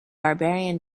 barbarian